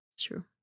true